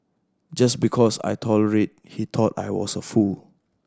just because I tolerated he thought I was a fool